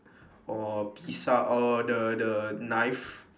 or pisa~ or the the knife